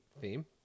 theme